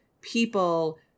people